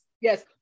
yes